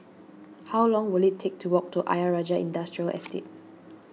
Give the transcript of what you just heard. how long will it take to walk to Ayer Rajah Industrial Estate